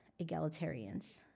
egalitarians